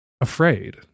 afraid